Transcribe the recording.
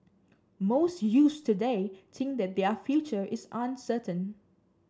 most youths today think that their future is uncertain